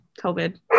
covid